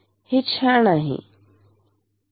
तर हे छान आहे